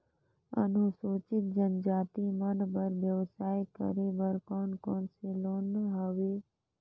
अनुसूचित जनजाति मन बर व्यवसाय करे बर कौन कौन से लोन हवे?